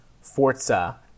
Forza